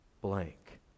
blank